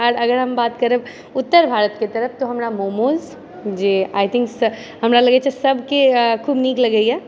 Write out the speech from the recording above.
आर अगर हम बात करब उत्तर भारतके तरफ तऽ हमरा मोमोज जे आइ थिन्क से हमरा लगै छै सबके खूब नीक लगैया